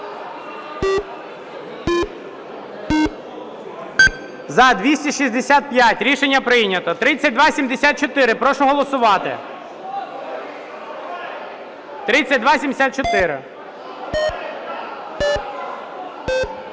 За-265 Рішення прийнято. 3274. Прошу голосувати. 3274.